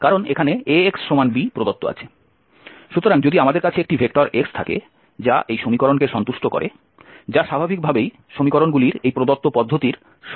সুতরাং যদি আমাদের কাছে একটি ভেক্টর x থাকে যা এই সমীকরণকে সন্তুষ্ট করে যা স্বাভাবিকভাবেই সমীকরণগুলির এই প্রদত্ত পদ্ধতির সমাধান